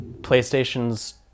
PlayStation's